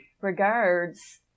regards